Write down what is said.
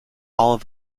all